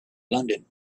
london